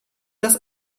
dass